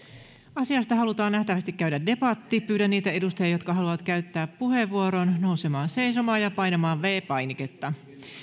asiasta halutaan nähtävästi käydä debatti pyydän niitä edustajia jotka haluavat käyttää puheenvuoron nousemaan seisomaan ja painamaan viides painiketta